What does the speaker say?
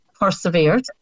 persevered